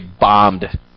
bombed